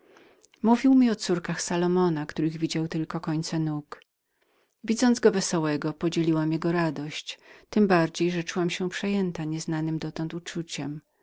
mi o córkach salomona których widział tylko końce nóg widząc go wesołego podzieliłam jego radość tem bardziej że czułam się przejętą nieznanem dotąd uczuciem